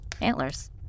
antlers